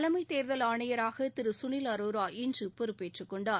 தலைமைத் தேர்தல் ஆணையராக திரு சுனில் அரோரா இன்று பொறுப்பேற்றுக் கொண்டார்